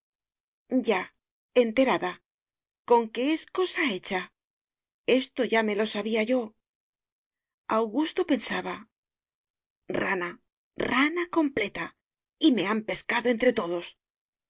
ya enterada conque es cosa hecha esto ya me lo sabía yo augusto pensaba rana rana completa y me han pescado entre todos